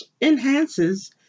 enhances